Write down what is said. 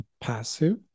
passive